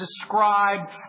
described